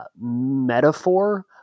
metaphor